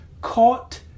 caught